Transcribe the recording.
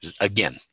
Again